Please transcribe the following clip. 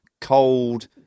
cold